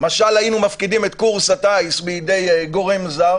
משל היינו מפקידים את קורס הטיס בידי גורם זר